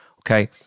okay